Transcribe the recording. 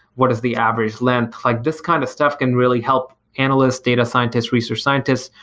what is the average length? like this kind of stuff can really help analysts, data scientists, research scientists,